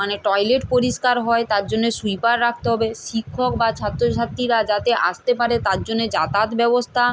মানে টয়লেট পরিষ্কার হয় তার জন্য সুইপার রাখতে হবে শিক্ষক বা ছাত্রছাত্রীরা যাতে আসতে পারে তার জন্য যাতায়াত ব্যবস্থা